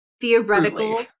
theoretical